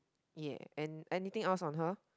ya and and anything else on her